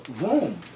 room